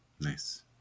nice